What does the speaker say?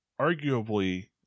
arguably